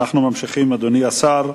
אדוני השר,